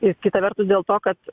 ir kita vertus dėl to kad